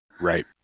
Right